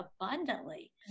abundantly